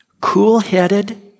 Cool-headed